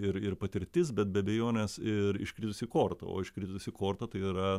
ir ir patirtis bet be abejonės ir iškritusi korta o iškritusi korta tai yra